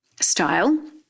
style